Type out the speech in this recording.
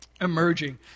emerging